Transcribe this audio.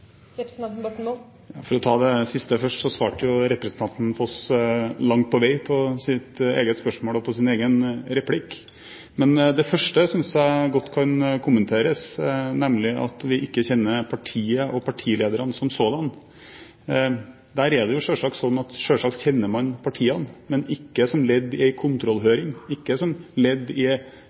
representanten Borten Moe bestrider. For å ta det siste først svarte representanten Foss langt på vei på sitt eget spørsmål og på sin egen replikk. Det første synes jeg godt kan kommenteres, nemlig at vi ikke kjenner partiet og partilederne som sådan. Der er det jo slik at man selvsagt kjenner partiene, men ikke som ledd i en kontrollhøring, ikke som ledd i